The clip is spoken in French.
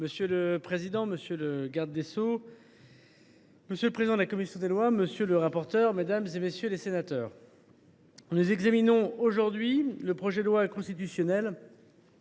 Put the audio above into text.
Monsieur le président, monsieur le garde des sceaux, monsieur le président de la commission des lois, monsieur le rapporteur, mesdames, messieurs les sénateurs, nous examinons aujourd’hui le projet de loi constitutionnelle